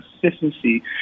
consistency